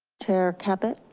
chair caput.